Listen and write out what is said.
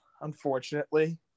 unfortunately